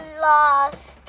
lost